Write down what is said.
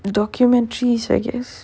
the documentaries I guess